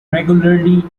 regularly